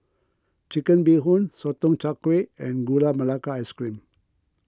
Chicken Bee Hoon Sotong Char Kway and Gula Melaka Ice Cream